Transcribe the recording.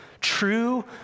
true